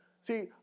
See